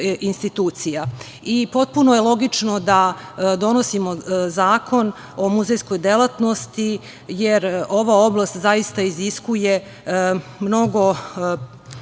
Srbije. Potpuno je logično da donosimo Zakon o muzejskoj delatnosti, jer ova oblast zaista iziskuje mnogo